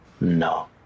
No